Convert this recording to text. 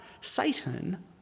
Satan